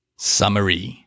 Summary